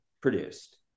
produced